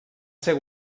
ser